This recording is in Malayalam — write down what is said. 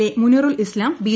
A Munirul Islam B